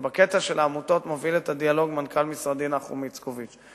בקטע של העמותות מוביל את הדיאלוג מנכ"ל משרדי נחום איצקוביץ.